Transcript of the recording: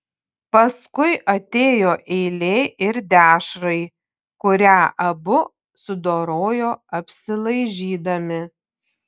paskui atėjo eilė ir dešrai kurią abu sudorojo apsilaižydami